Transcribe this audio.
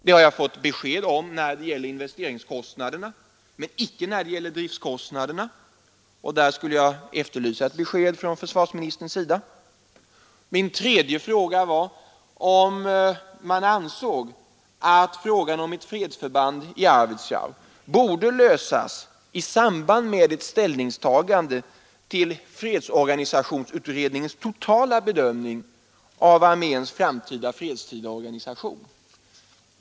Det har jag fått besked om när det gäller investeringskostnaderna, men icke när det gäller driftkostnaderna, och därvidlag skulle jag vilja efterlysa ett besked från försvarsministerns sida. Min tredje fråga var om statsrådet ansåg att frågan om ett fredsförband i Arvidsjaur borde lösas i samband med ett ställningstagande till fredsorganisationsutredningens totala bedömning av arméns framtida fredstida organisation.